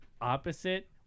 opposite